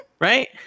Right